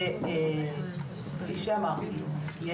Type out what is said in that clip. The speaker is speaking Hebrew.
שכפי שאמרתי,